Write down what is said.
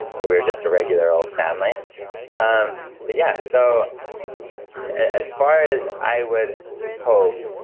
but we were just a regular old family um but yeah, so as far as i would hope,